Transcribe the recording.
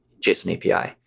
JSON-API